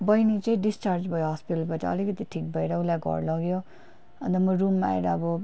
बहिनी चाहिँ डिस्चार्ज भयो हस्पिटलबाट अलिकति ठिक भएर उसलाई घर लग्यो अन्त म रुममा आएर अब